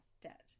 debt